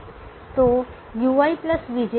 उद्देश्य function Cij है